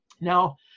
Now